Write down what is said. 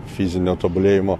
fizinio tobulėjimo